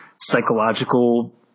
psychological